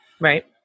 Right